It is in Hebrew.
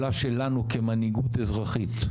טובה יותר של אדם שמאחד בין כל הרשויות,